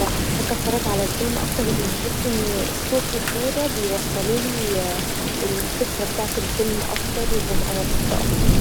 بحب اتفرج علي الفيلم اكتر لان بحس ان الصوت و الصوره بيوصلولي الفكره بتاعت الفيلم اكتر و ببقي مبسوطه اكتر.